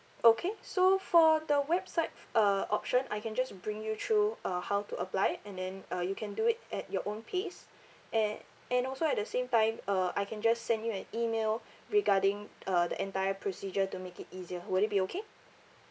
okay so for the website f~ uh option I can just bring you through uh how to apply and then uh you can do it at your own pace a~ and also at the same time uh I can just send you an email regarding uh the entire procedure to make it easier will it be okay